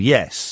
Yes